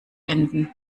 enden